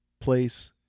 place